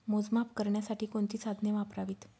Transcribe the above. मोजमाप करण्यासाठी कोणती साधने वापरावीत?